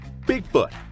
Bigfoot